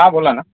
हां बोला ना